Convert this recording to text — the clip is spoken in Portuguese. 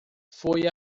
foi